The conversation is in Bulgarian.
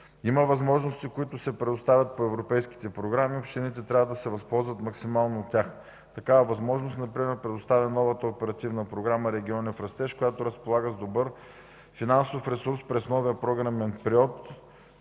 Има възможности, които се предоставят по европейските програми и общините трябва да се възползват максимално от тях. Такава възможност, например, предоставя новата Оперативна програма „Региони в растеж”, която разполага с добър финансов ресурс през новия програмен период,